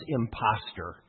imposter